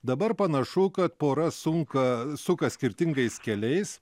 dabar panašu kad pora sunka suka skirtingais keliais